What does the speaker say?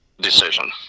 decision